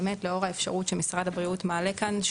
באמת לאור האפשרות שמשרד הבריאות מעלה כאן,